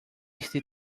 este